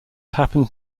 happened